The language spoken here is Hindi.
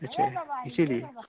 अच्छा इसीलिए